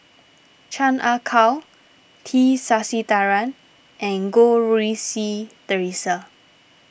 Chan Ah Kow T Sasitharan and Goh Rui Si theresa